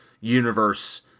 universe